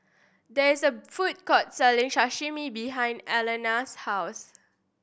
there is a food court selling Sashimi behind Alana's house